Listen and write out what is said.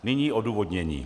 Nyní odůvodnění.